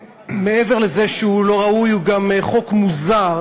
מעבר לזה שהוא לא ראוי, הוא גם חוק מוזר,